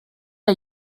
der